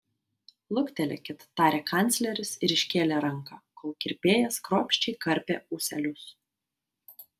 luktelėkit tarė kancleris ir iškėlė ranką kol kirpėjas kruopščiai karpė ūselius